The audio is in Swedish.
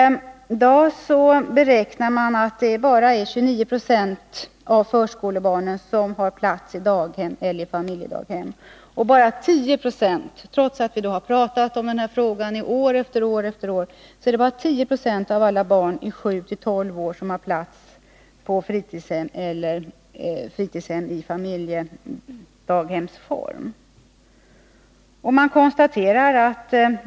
Man beräknar att i dag bara 29 20 av förskolebarnen har plats i daghem eller familjedaghem. Trots att vi har tjatat om den här frågan år efter år har bara 10 20 av alla barn mellan sju och tolv år plats på fritidshem eller i familjedaghemsform.